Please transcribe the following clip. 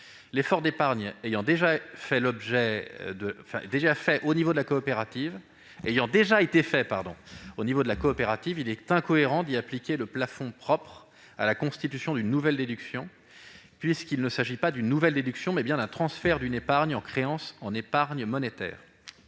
L'effort d'épargne ayant déjà été réalisé au niveau de la coopérative, il est incohérent d'y appliquer le plafond propre à la constitution d'une nouvelle déduction, puisqu'il s'agit non pas d'une nouvelle déduction, mais bien d'un transfert d'une épargne en créance en épargne monétaire.